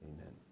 Amen